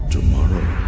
Tomorrow